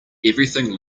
everything